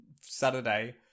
Saturday